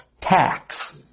tax